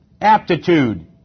Aptitude